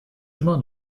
immer